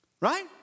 Right